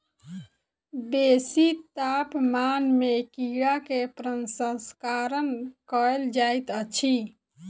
बेसी तापमान में कीड़ा के प्रसंस्करण कयल जाइत अछि